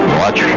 watch